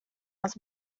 hans